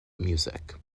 music